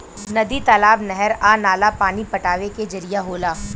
नदी, तालाब, नहर आ नाला पानी पटावे के जरिया होला